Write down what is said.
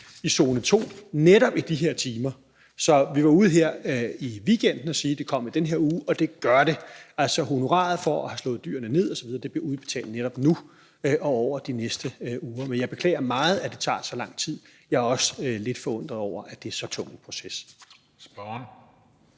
i zone 2 netop i de her timer. Vi var ude her i weekenden at sige, at det kom i den her uge, og det gør det. Så altså, honoraret for at have slået dyrene ned osv. bliver udbetalt netop nu og over de næste uger. Men jeg beklager meget, at det tager så lang tid, og jeg er også lidt forundret over, at det er så tung en proces. Kl.